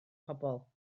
pobl